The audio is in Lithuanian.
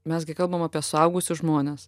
mes gi kalbam apie suaugusius žmones